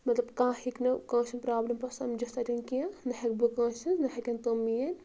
مطلب کانٛہہ ہیٛکہِ نہٕ کٲنسہِ ہنٛز پرابلِم پتہٕ سمجِتھ کینٛہہ نہَ ہیٛکہِ بہٕ کٲنسہِ ہنٛز نہَ ہیکن تِم میٲنۍ